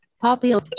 popular